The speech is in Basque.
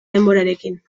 denborarekin